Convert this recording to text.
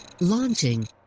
launching